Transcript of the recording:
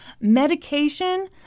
medication